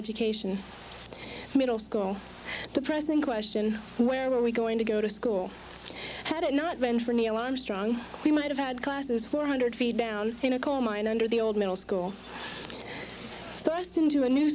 education middle school depressing question where were we going to go to school had it not been for neil armstrong we might have had classes four hundred feet down in a coal mine under the old middle school forced into a new